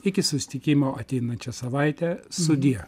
iki susitikimo ateinančią savaitę sudie